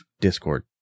Discord